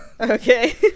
Okay